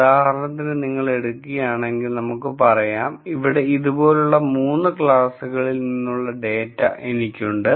ഉദാഹരണത്തിന് നിങ്ങൾ എടുക്കുകയാണെങ്കിൽ നമുക്ക് പറയാം ഇവിടെ ഇതുപോലുള്ള 3 ക്ലാസുകളിൽ നിന്നുള്ള ഡാറ്റ എനിക്കുണ്ട്